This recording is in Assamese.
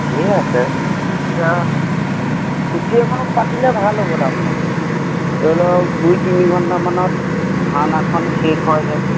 ঢেৰ আছে এতিয়া ছুটী এখনত পাতিলে ভাল হ'ব তাৰমানে ধৰি লওক দুই তিনি ঘণ্টামানত ভাওনাখন শেষ হয় যেন